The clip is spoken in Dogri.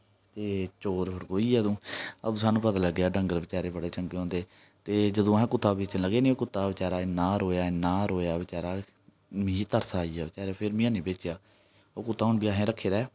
ते चोर पड़कोई गे अंदू अंदू सानूं पता लग्गेआ डंगर बचारे बडे़ चंगे होंदे ते जदूं अस कुत्ता बेचन लगे ना कुत्ता बचारा इ'न्ना रोया इ'न्ना रोया बचारा मिगी तरस आई गेआ बचारे उप्पर फिर में ऐनी बेचेआ ओह् कुत्ता हून बी असें रक्खे दा ऐ